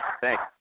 Thanks